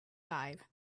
dive